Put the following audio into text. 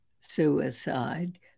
suicide